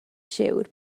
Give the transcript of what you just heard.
siŵr